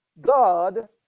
God